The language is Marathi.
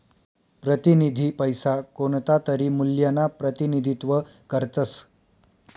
प्रतिनिधी पैसा कोणतातरी मूल्यना प्रतिनिधित्व करतस